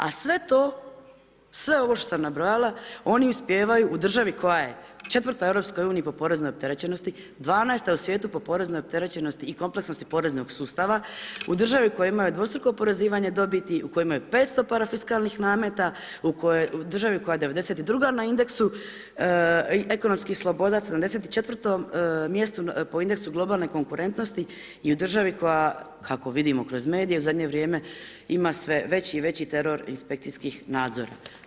A sve to, sve ovo što sam nabrojala, oni uspijevaju u državi koja je 4 u EU po poreznoj opterećenosti, 12 u svijetu po poreznoj opterećenosti i kompleksnosti poreznog sustava, u državi koja imaju dvostruka upozoravanja dobiti, u kojoj imaju 500 parafiskalnih nameta, država koja je 92 druga na indeksu i ekonomskih sloboda, 74 mjestu po indeksu globalne konkretnosti i u državi koja, kako vidimo kroz medije u zadnje vrijeme, ima sve veći i veći teror inspekcijski nadzor.